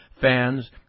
fans